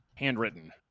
handwritten